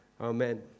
Amen